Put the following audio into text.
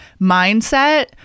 mindset